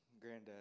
granddad